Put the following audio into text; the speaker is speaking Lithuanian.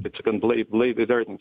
taip sakant blai blaiviai vertinti